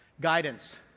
guidance